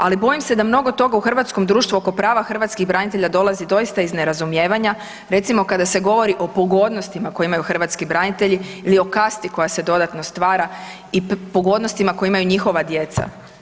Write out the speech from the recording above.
Ali bojim se da mnogo toga u hrvatskom društvu oko prava hrvatskih branitelja dolazi doista iz nerazumijevanja, recimo kada se govori o pogodnostima koja imaju hrvatski branitelji ili o kasti koja se dodatno stvara i pogodnostima koja imaju njihova djeca.